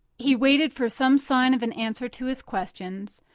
he waited for some sign of an answer to his questions,